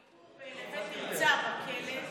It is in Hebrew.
מביקור בנווה תרצה בכלא,